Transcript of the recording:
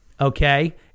Okay